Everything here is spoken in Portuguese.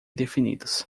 definidos